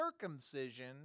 circumcision